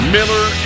Miller